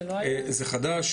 זה חדש.